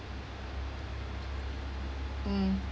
mm